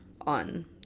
on